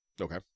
Okay